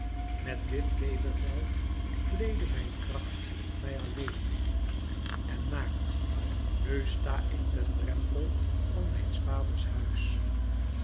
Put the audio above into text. mèt dit leeuwevel kleedde mijn kracht mij alleen en naakt nu sta ik ten drempel van mijns vaders huis